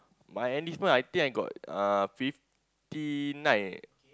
my enlistment I think I got uh fifty nine